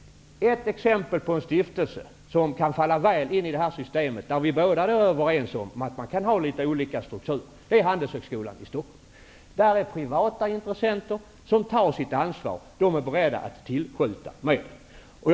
Ett exempel på en stiftelse som kan falla väl in i systemet, där vi båda är överens om att man kan ha litet olika sturkturer, är Handelshögskolan i Stockholm. Där tar privata intressenter sitt ansvar, och de är beredda att tillskjuta medel.